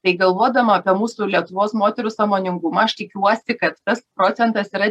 tai galvodama apie mūsų lietuvos moterų sąmoningumą aš tikiuosi kad tas procentas yra